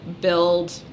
build